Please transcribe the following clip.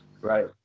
right